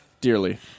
Dearly